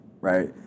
right